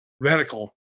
radical